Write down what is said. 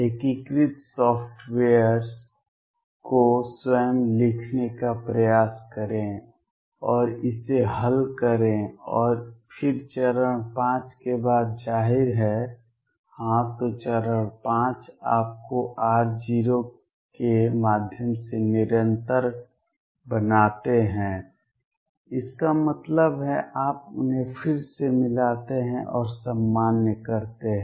एकीकृत सॉफ़्टवेयर को स्वयं लिखने का प्रयास करें और इसे हल करें और फिर इस चरण 5 के बाद जाहिर है हाँ तो चरण 5 आपको r0 के माध्यम से निरंतर बनाते हैं इसका मतलब है आप उन्हें फिर से मिलाते हैं और सामान्य करते हैं